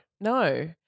no